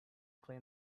claim